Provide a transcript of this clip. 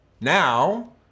Now